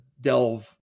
delve